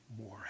more